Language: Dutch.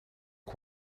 een